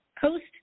post